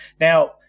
Now